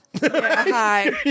hi